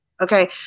Okay